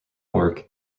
work